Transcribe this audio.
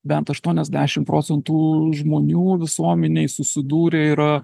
bent aštuoniasdešim procentų žmonių visuomenėj susidūrę yra